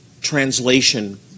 translation